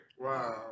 Wow